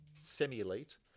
semi-elite